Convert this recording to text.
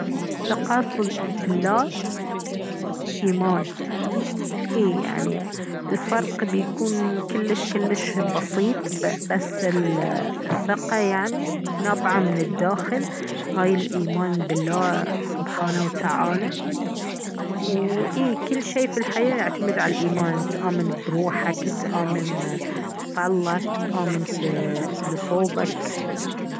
ثقة في الله إيمان إيه يعني الفرق بيكون كلش كلش بسيط بس الثقة يعني نابعة من الداخل هاي الإيمان بالله سبحانه وتعالى وإيه كل شي في الحياة يعتمد على الإيمان تآمن بروحك تآمن في الله تآمن في الي صوبك